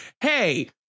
hey